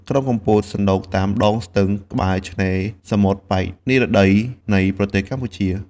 ក្រុងកំពត សណ្តូកតាមដងស្ទឹង នៅក្បែរឆ្នេរសមុទ្រប៉ែកនិរតីនៃប្រទេសកម្ពុជា។